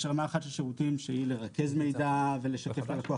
יש רמה אחת של שירותים שהיא לרכז מידע ולשדר ללקוח